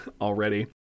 already